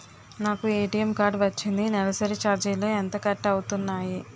నాకు ATM card వచ్చింది నెలసరి ఛార్జీలు ఎంత కట్ అవ్తున్నాయి?